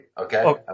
Okay